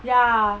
ya